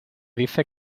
dice